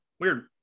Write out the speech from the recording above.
Weird